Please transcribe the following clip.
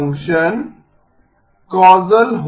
function कौसल हो